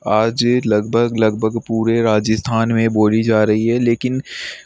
आज लगभग लगभग पूरे राजस्थान में बोली जा रही है लेकिन